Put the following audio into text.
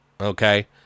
Okay